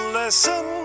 listen